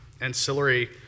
ancillary